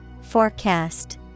Forecast